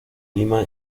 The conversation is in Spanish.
lima